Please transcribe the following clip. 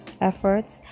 efforts